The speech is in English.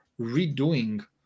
redoing